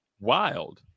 wild